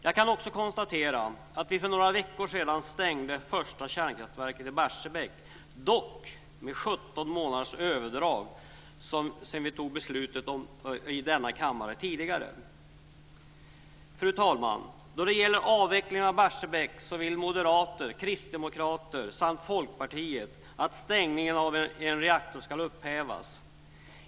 Jag kan också konstatera att vi för några veckor sedan stängde den första kärnreaktorn i Barsebäck, dock med 17 månaders överdrag sedan vi fattade beslutet här i kammaren. Fru talman! Moderater, kristdemokrater och folkpartister vill att stängningen av en reaktor i Barsebäck ska upphävas.